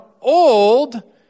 old